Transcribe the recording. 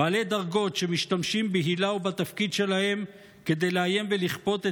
בעלי דרגות שמשתמשים בהילה ובתפקיד שלהם כדי לאיים ולכפות את